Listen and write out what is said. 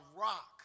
rock